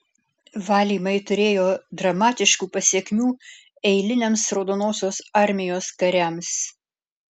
valymai turėjo dramatiškų pasekmių eiliniams raudonosios armijos kariams